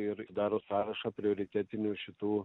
ir daro sąrašą prioritetinių šitų